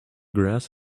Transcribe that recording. grass